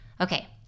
Okay